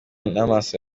n’amaso